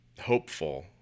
hopeful